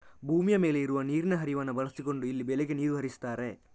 ಭೂಮಿಯ ಮೇಲೆ ಇರುವ ನೀರಿನ ಹರಿವನ್ನ ಬಳಸಿಕೊಂಡು ಇಲ್ಲಿ ಬೆಳೆಗೆ ನೀರು ಹರಿಸ್ತಾರೆ